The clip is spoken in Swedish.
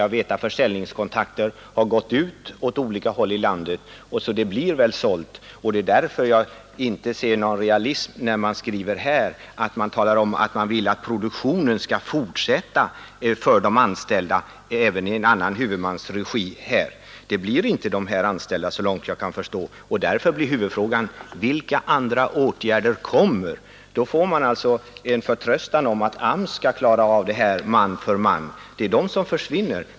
Jag vet att försäljningskontakter har tagits på olika håll i landet. Den blir väl såld och därför ser jag inte någon realism i att man här talar om att man vill att produktionen kan fortsätta för att ge de anställda sysselsättning även i en annan huvudmans regi. Det blir inte de här anställda, så långt jag kan förstå. Därför är huvudfrågan: Vilka andra åtgärder kommer att vidtas? Vi får alltså en förtröstan om att AMS skall klara av det här, man för man. Men det gäller dem som försvinner.